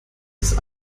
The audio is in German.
ist